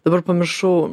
dabar pamiršau